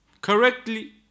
correctly